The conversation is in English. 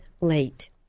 late